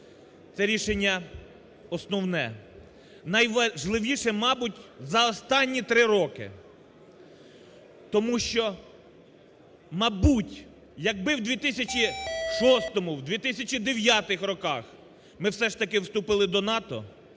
Це рішення основне, найважливіше, мабуть, за останні три роки, тому що, мабуть, якби в 2006-му, в 2009-х роках ми все ж таки вступили до НАТО